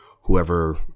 whoever